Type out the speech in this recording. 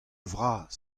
vras